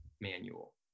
manual